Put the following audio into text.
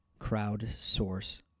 crowdsource